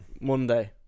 Monday